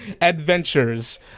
adventures